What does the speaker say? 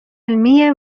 علمی